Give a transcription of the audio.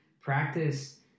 practice